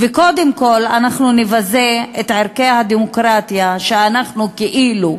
וקודם כול אנחנו נבזה את ערכי הדמוקרטיה שאנחנו כאילו,